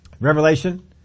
revelation